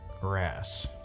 Grass